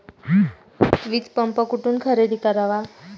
वीजपंप कुठून खरेदी करावा?